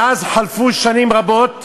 מאז חלפו שנים רבות,